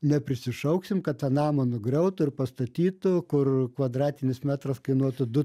neprisišauksim kad tą namą nugriautų ir pastatytų kur kvadratinis metras kainuotų du